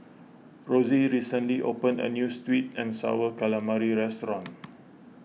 Rosey recently opened a New Sweet and Sour Calamari restaurant